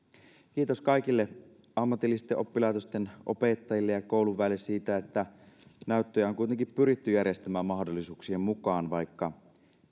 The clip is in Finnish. kiitos kaikille ammatillisten oppilaitosten opettajille ja kouluväelle siitä että näyttöjä on kuitenkin pyritty järjestämään mahdollisuuksien mukaan vaikka